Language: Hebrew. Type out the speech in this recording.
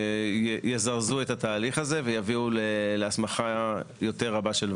יזרזו את התהליך הזה ויביאו להסמכה יותר רבה של ועדות.